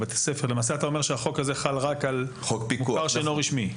למעשה אתה אומר שהחוק הזה חל רק על מוכר שאינו רשמי.